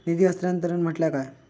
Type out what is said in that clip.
निधी हस्तांतरण म्हटल्या काय?